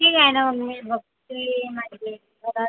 ठीक आहे ना मग मी बघते